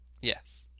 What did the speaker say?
Yes